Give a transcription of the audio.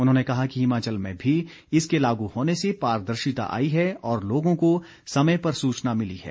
उन्होंने कहा कि हिमाचल में भी इसके लागू होने से पारदर्शिता आई है और लोगों को समय पर सूचना मिली है